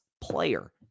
player